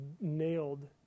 nailed